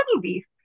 beef